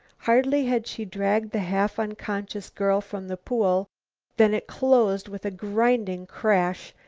hardly had she dragged the half-unconscious girl from the pool than it closed with a grinding crash,